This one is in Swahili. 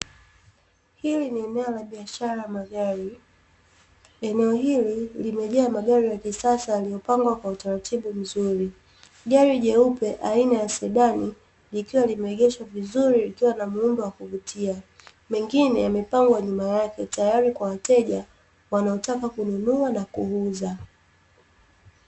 Hili ni eneo la biashara ya magari. Eneo hili limejaa magari ya kisasa yaliyopangwa kwa utaratibu mzuri. Gari jeupe aina ya sedani likiwa limeegeshwa vizuri likiwa na muundo wa kuvutia, mengine yamepangwa nyuma yake tayari kwa wateja wanaotaka kununua na kuuza.